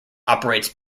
operates